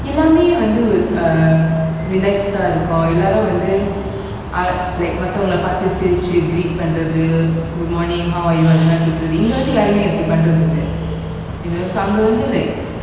எல்லாமே வந்து:ellame vanthu um relaxed அ இருக்கும் எல்லாரும் வந்து:a irukum ellarum vanthu like மத்தவங்கள பார்த்து சிரிச்சு:mathavangala parthu sirichu greet பண்றது:panrathu good morning hi அதுலாம் சொல்றது இங்க வந்து யாருமே அப்டி பண்றது இல்ல:adhulam solrathu inga vanthu yaarume apdi panrathu illa you know அங்க வந்து:anga vanthu like